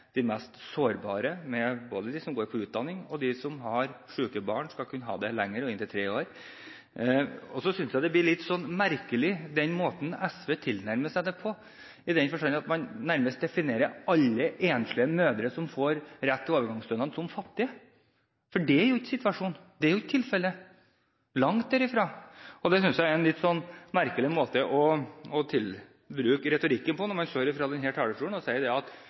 de mest sårbare. Både de som går på utdanning, og de som har syke barn, skal kunne beholde stønaden lenger og i inntil tre år. Jeg synes at måten SV nærmer seg dette på, blir litt merkelig, i den forstand at man nærmest definerer alle enslige mødre som får rett til overgangsstønad, som fattige. Det er jo ikke situasjonen. Det er jo ikke tilfellet – langt derifra. Jeg synes det er en litt merkelig form for retorikk når man står på denne talerstolen og sier at dette virkelig vil ta vekk fundamentet for dem som er mest sårbare i forhold til fattigdomsbekjempelse. Det